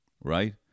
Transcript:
right